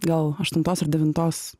gal aštuntos ar devintos